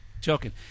joking